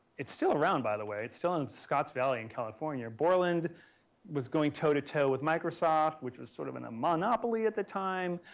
it's still around by the way. it's still in scott's valley in california. borland was going toe to toe with microsoft, which was sort of a monopoly at the time.